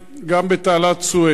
גם בתעלת סואץ.